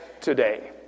today